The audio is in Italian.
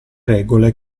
regole